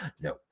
no